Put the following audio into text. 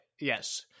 Yes